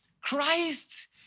Christ